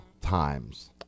times